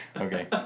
Okay